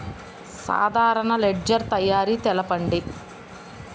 సాధారణ లెడ్జెర్ తయారి తెలుపండి?